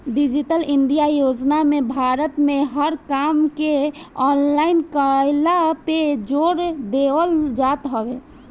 digital India योजना में भारत में हर काम के ऑनलाइन कईला पे जोर देवल जात हवे